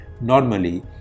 normally